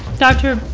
dr.